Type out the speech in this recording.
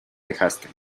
dejaste